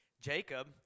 Jacob